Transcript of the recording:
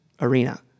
arena